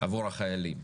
עבור החיילים,